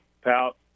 pout